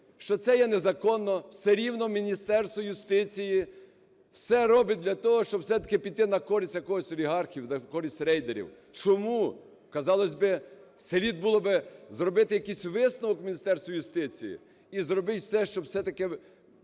що це є незаконно, все рівно Міністерство юстиції все робить для того, щоб, все-таки, піти на користь якогось з олігархів, на користь рейдерів. Чому?! Казалось би, слід було би зробити якийсь висновок Міністерству юстиції і зробити все, щоб все-таки